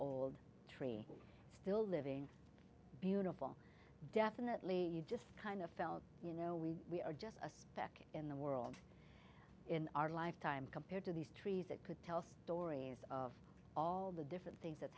old tree still living beautiful definitely just kind of felt you know we are just a speck in the world in our lifetime compared to these trees that could tell us stories of all the different things that